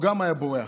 גם הוא היה בורח.